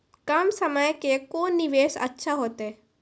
कम समय के कोंन निवेश अच्छा होइतै?